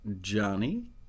Johnny